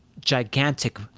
gigantic